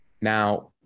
Now